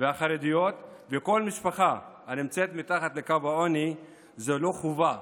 והחרדיות ולכל משפחה הנמצאת מתחת לקו העוני זה לא חובה,